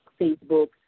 Facebook